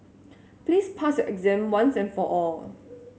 please pass your exam once and for all